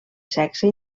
sexe